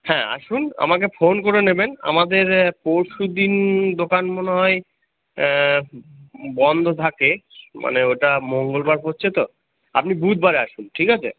হ্যাঁ আসুন আমাকে ফোন করে নেবেন আমাদের পরশুদিন দোকান মনে হয় বন্ধ থাকে মানে ওটা মঙ্গলবার পড়ছে তো আপনি বুধবারে আসুন ঠিক আছে